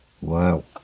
Wow